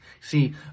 See